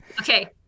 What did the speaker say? Okay